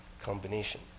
combination